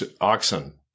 oxen